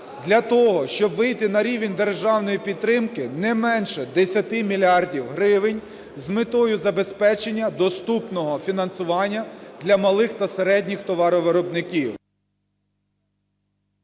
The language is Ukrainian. Для того, щоб вийти на рівень державної підтримки не менше 10 мільярдів гривень з метою забезпечення доступного фінансування для малих та середніх товаровиробників.